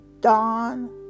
dawn